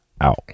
out